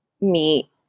meet